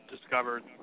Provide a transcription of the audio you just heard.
discovered